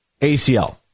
ACL